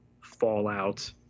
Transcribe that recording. fallout